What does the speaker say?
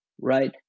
right